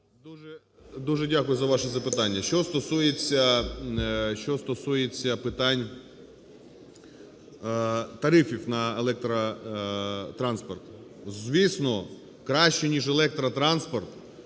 Дуже дякую за ваше запитання. Що стосується питань тарифів на електротранспорт. Звісно, краще, ніж електротранспорт